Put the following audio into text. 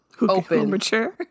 open